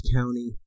County